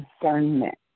discernment